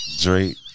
Drake